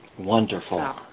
Wonderful